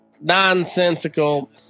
nonsensical